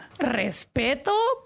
Respeto